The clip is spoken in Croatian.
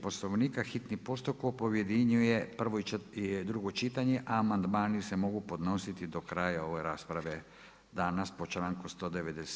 Poslovnika hitni postupak objedinjuje prvo i drugo čitanje a amandmani se mogu podnositi do kraja ove rasprave, danas po članku 197.